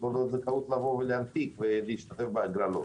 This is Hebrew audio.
תעודות זכאות להנפיק ולהשתתף בהגרלות.